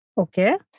Okay